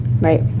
Right